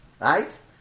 right